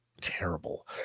terrible